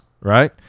right